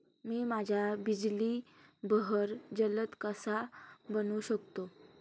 मी माझ्या बिजली बहर जलद कसा बनवू शकतो?